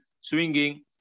swinging